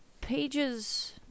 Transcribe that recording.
pages